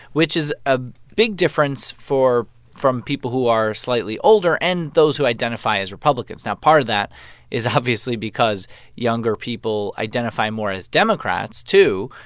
which is a big difference for from people who are slightly older and those who identify as republicans. now, part of that is obviously because younger people identify more as democrats, too.